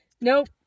Nope